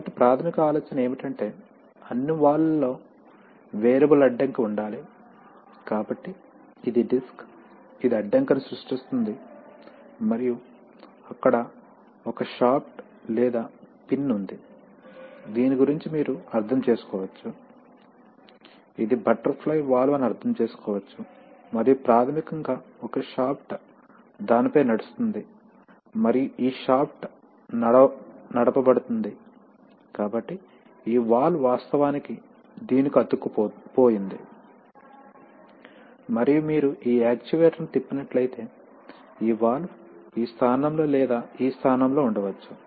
కాబట్టి ప్రాథమిక ఆలోచన ఏమిటంటే అన్ని వాల్వ్ లలో వేరియబుల్ అడ్డంకి ఉండాలి కాబట్టి ఇది డిస్క్ ఇది అడ్డంకిని సృష్టిస్తుంది మరియు అక్కడ ఒక షాఫ్ట్ లేదా పిన్ ఉంది దీని గురించి మీరు అర్థం చేసుకోవచ్చు ఇది బటర్ఫ్లై వాల్వ్ అని అర్థం చేసుకోవచ్చు మరియు ప్రాథమికంగా ఒక షాఫ్ట్ దానిపై నడుస్తుంది మరియు ఈ షాఫ్ట్ నడపబడుతుంది కాబట్టి ఈ వాల్వ్ వాస్తవానికి దీనికి అతుక్కుపోయింది మరియు మీరు ఈ యాక్చుయేటర్ను తిప్పినట్లయితే ఈ వాల్వ్ ఈ స్థానంలో లేదా ఈ స్థానంలో ఉండవచ్చు